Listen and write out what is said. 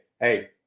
hey